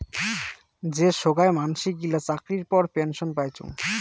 যে সোগায় মানসি গিলা চাকরির পর পেনসন পাইচুঙ